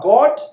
God